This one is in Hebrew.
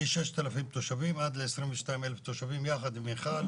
מ-6,000 תושבים עד ל-22,000 תושבים יחד עם מיכל,